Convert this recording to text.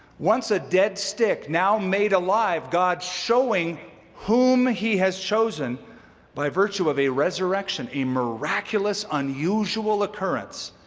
once a dead stick, now made alive, god showing whom he has chosen by virtue of a resurrection, a miraculous unusual occurrence.